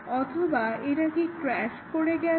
অথবা এটা কি ক্রাশ করে গেছে